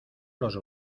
los